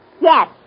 Yes